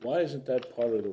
why isn't that part of the